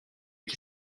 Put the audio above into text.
qui